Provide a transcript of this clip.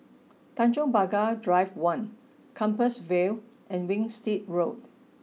Tanjong Pagar Drive One Compassvale and Winstedt Road